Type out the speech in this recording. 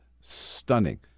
stunning